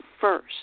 first